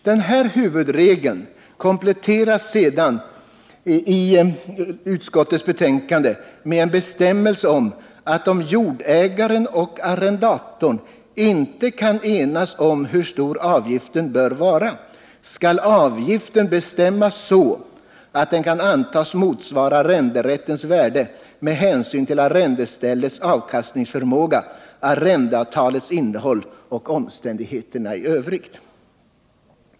Den huvudregeln kompletteras sedan i utskottsbetänkandet med en bestämmelse om att om jordägaren och arrendatorn inte kan enas om hur stor avgiften bör vara skall avgiften bestämmas så att den kan antas motsvara arrenderättens värde med hänsyn till arrendeställets avkastningsförmåga, arrendeavtalets innehåll och omständigheterna i övrigt.